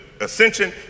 ascension